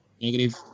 Negative